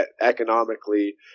economically